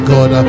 God